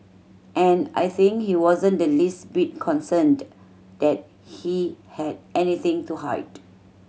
and I think he wasn't the least bit concerned that he had anything to hide